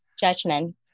Judgment